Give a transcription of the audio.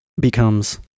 becomes